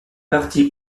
partis